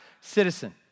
citizen